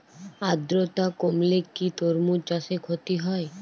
আদ্রর্তা কমলে কি তরমুজ চাষে ক্ষতি হয়?